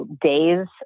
days